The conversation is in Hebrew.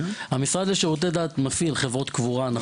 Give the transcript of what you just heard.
נכון להיום המשרד לשירותי דת מפעיל חברות קבורה.